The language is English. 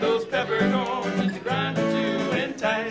the time